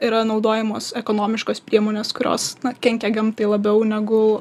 yra naudojamos ekonomiškos priemonės kurios na kenkia gamtai labiau negu